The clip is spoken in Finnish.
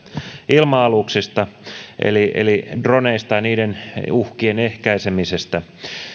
ilma aluksista eli eli droneista ja niiden uhkien ehkäisemisestä